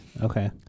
Okay